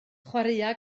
chwaraea